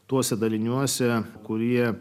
tuose daliniuose kurie